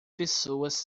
pessoas